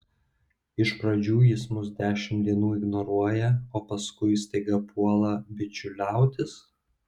iš pradžių jis mus dešimt dienų ignoruoja o paskui staiga puola bičiuliautis